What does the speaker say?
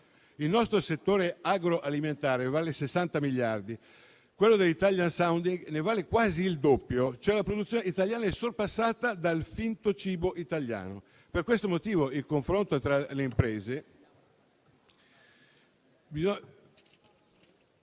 Il nostro settore agroalimentare vale 60 miliardi, quello dell'*italian sounding* ne vale quasi il doppio; la produzione italiana è cioè sorpassata dal finto cibo italiano. Per questo motivo, nel confronto tra le imprese,